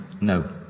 no